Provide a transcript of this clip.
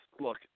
look